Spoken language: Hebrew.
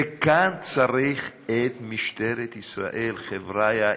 כאן צריך את משטרת ישראל, חבריא.